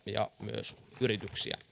ja myös yrityksiä